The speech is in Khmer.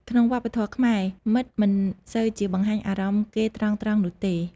ក្នុងវប្បធម៌ខ្មែរ មិត្តមិនសូវជាបង្ហាញអារម្មណ៍គេត្រង់ៗនោះទេ។